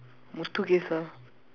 Muthuges lah